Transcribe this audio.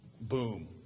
Boom